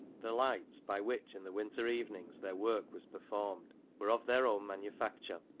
the lights by which in the winter evenings their work was performed, were of their own manufacture,